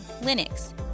Linux